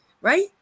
right